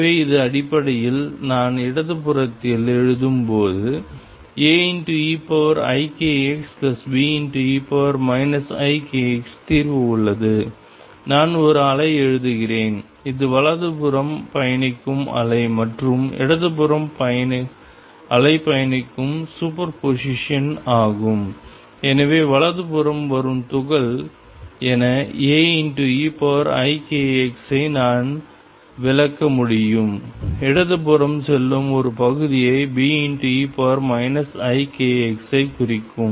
எனவே இது அடிப்படையில் நான் இடது புறத்தில் எழுதும் போது AeikxBe ikx தீர்வு உள்ளது நான் ஒரு அலை எழுதுகிறேன் இது வலதுபுறம் பயணிக்கும் அலை மற்றும் இடதுபுறம் அலை பயணிக்கும் சூப்பர்போசிஷன் ஆகும் எனவே வலதுபுறம் வரும் துகள் என Aeikxஐ நான் விளக்க முடியும் இடதுபுறம் செல்லும் ஒரு பகுதியைக் Be ikx ஐ குறிக்கும்